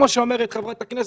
כמו שאומרת חברת הכנסת,